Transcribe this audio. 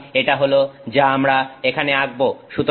সুতরাং এটা হলো যা আমরা এখানে আঁকবো